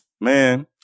Man